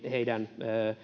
heidän